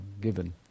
given